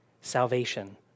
salvation